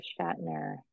Shatner